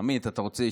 עמית, אתה רוצה להשתתף?